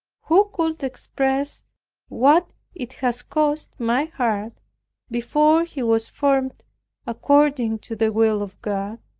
who could express what it has cost my heart before he was formed according to the will of god?